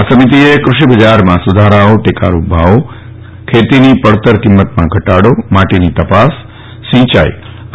આ સમિતિએ કૂષિ બજારમાં સુધારાઓ ટેકારૂપ ભાવો ખેતીની પડતર કિંમતમાં ઘટાડો માટીની તપાસ સિંચાઇ